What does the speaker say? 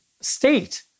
state